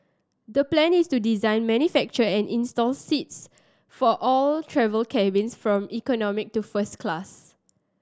the plan is to design manufacture and install seats for all travel cabins from economy to first class